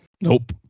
Nope